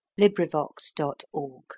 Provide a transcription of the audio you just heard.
LibriVox.org